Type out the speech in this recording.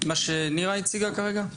מה שנירה הציגה כרגע?